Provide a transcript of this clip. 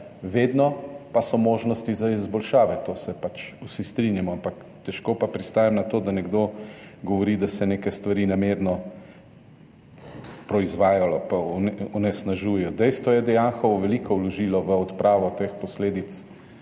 vedno pa so možnosti za izboljšave, o tem se pač vsi strinjamo. Ampak težko pa pristajam na to, da nekdo govori, da se je neke stvari namerno proizvajalo pa onesnaževalo. Dejstvo je, da je Anhovo veliko vložilo v odpravo teh posledic